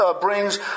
brings